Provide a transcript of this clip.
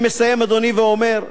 אני מסיים, אדוני, ואומר: